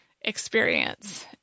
experience